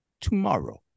tomorrow